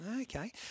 Okay